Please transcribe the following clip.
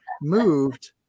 moved